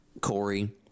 Corey